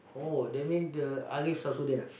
oh that mean the Ariff-Samsuddin ah